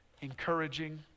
Encouraging